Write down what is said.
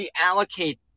reallocate